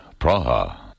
Praha